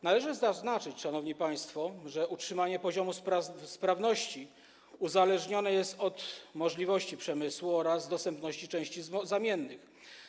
Należy zaznaczyć, szanowni państwo, że utrzymanie poziomu sprawności uzależnione jest od możliwości przemysłu oraz dostępności części zamiennych.